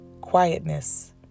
Quietness